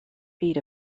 beat